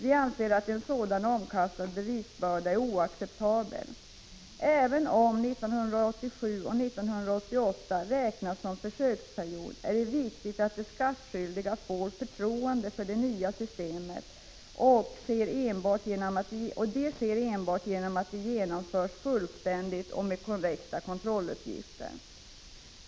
Vi anser att en sådan omkastad bevisbörda är oacceptabel. Även om 1987 och 1988 räknas som försöksperiod är det viktigt att de skattskyldiga får förtroende för det nya systemet, och det sker enbart genom att det genomförs med fullständiga och korrekta kontrolluppgifter.